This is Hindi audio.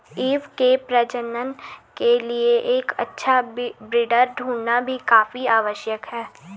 ईव के प्रजनन के लिए एक अच्छा ब्रीडर ढूंढ़ना भी काफी आवश्यक है